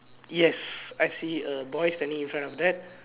yes I see a boy standing in front of that